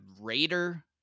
Raider